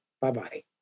Bye-bye